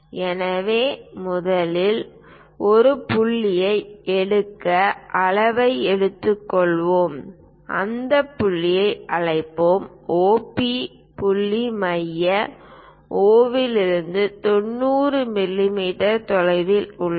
எனவே முதலில் ஒரு புள்ளியை எடுக்க அளவை எடுத்துக்கொள்வோம் அந்த புள்ளியை அழைப்போம் OP புள்ளி மைய O இலிருந்து 90 மிமீ தொலைவில் உள்ளது